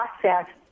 process